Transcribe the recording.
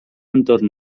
entorn